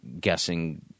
guessing